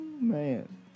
man